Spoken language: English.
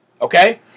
okay